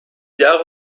jahre